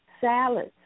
salads